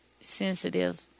sensitive